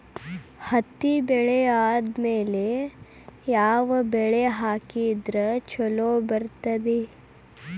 ಹತ್ತಿ ಬೆಳೆ ಆದ್ಮೇಲ ಯಾವ ಬೆಳಿ ಹಾಕಿದ್ರ ಛಲೋ ಬರುತ್ತದೆ?